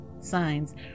signs